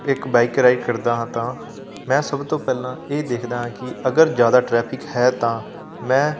ਇੱਕ bike ride ਕਰਦਾ ਹਾਂ ਤਾਂ ਮੈਂ ਸਭ ਤੋਂ ਪਹਿਲਾਂ ਇਹ ਦੇਖਦਾ ਹਾਂ ਕਿ ਅਗਰ ਜ਼ਿਆਦਾ ਟਰੈਫਿਕ ਹੈ ਤਾਂ ਮੈਂ